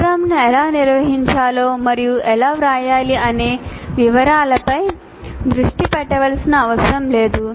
ప్రోగ్రామ్ను ఎలా నిర్వహించాలో మరియు ఎలా వ్రాయాలి అనే వివరాలపై దృష్టి పెట్టవలసిన అవసరం లేదు